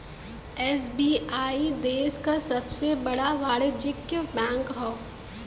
SBI देश क सबसे बड़ा वाणिज्यिक बैंक हौ